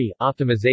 optimization